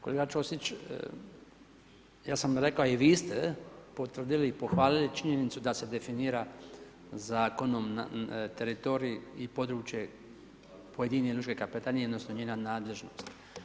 Kolega Ćosić ja sam rekao i vi ste potvrdili i pohvalili činjenicu da se definira zakonom na teritoriji i područje pojedine lučke kapetanije, odnosno, njena nadležnost.